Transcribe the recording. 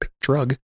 drug